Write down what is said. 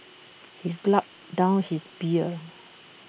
he gulped down his beer